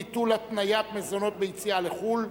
ביטול התניית מזונות ביציאה לחו"ל),